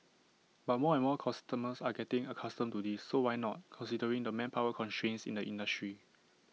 but more and more customers are getting accustomed to this so why not considering the manpower constraints in the industry